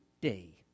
day